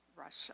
Russia